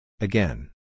Again